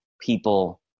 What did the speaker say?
people